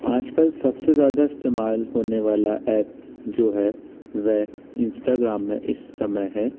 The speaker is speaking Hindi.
आज कल सबसे ज़्यादा इस्तेमाल होने वाला एप जो है वह इंस्टाग्राम में इस समय है